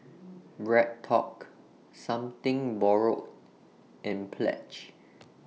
BreadTalk Something Borrowed and Pledge